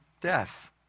death